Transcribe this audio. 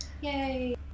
Yay